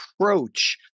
approach